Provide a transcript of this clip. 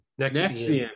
Nexian